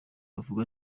uvuga